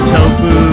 Tofu